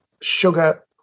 sugar